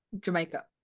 Jamaica